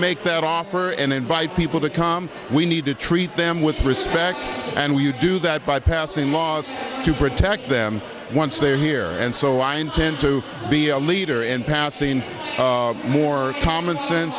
make that offer and invite people to come we need to treat them with respect and we do that by passing laws to protect them once they're here and so i intend to be a leader in passing more common sense